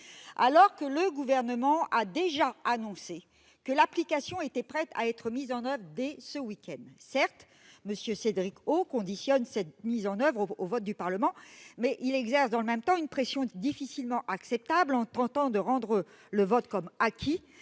alors que le Gouvernement a déjà annoncé que l'application était prête à être mise en oeuvre dès ce week-end. Certes, M. Cédric O conditionne cette mise en oeuvre au vote du Parlement, mais il exerce dans le même temps une pression difficilement acceptable en tentant de présenter le vote comme acquis